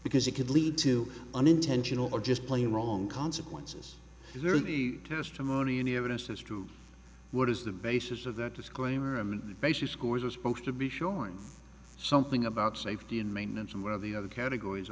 because it could lead to unintentional or just plain wrong consequences really testimony in evidence as to what is the basis of that disclaimer and the basic scores are supposed to be showing something about safety and maintenance and where the other categories